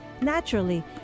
naturally